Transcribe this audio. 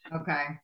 Okay